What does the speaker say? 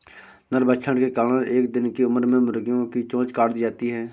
नरभक्षण के कारण एक दिन की उम्र में मुर्गियां की चोंच काट दी जाती हैं